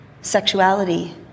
Sexuality